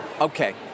Okay